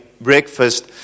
breakfast